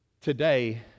today